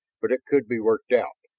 but it could be worked out.